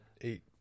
eight